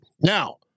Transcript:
Now